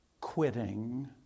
quitting